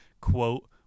Quote